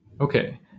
Okay